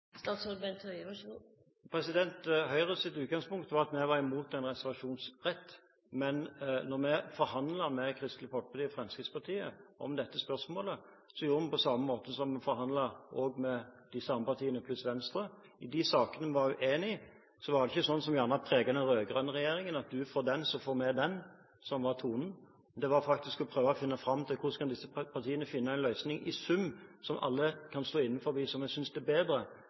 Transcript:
utgangspunkt var at man var imot en reservasjonsrett. Da vi forhandlet med Kristelig Folkeparti og Fremskrittspartiet om dette spørsmålet, gjorde vi det på samme måte som da vi forhandlet med de samme partiene pluss Venstre. I de sakene vi var uenige, var det ikke sånn som gjerne preget den rød-grønne regjeringen, at du får den, og så får vi den. Det var ikke tonen – det var faktisk å prøve å finne fram til hvordan disse partiene kunne prøve å finne en løsning i sum, som alle kunne stå inne for, og som vi synes er bedre.